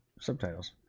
subtitles